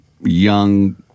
young